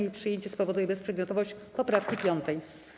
Jej przyjęcie spowoduje bezprzedmiotowość poprawki 5.